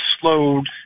slowed